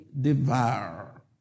devour